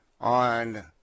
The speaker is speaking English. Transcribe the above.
on